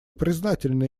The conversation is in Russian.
признательны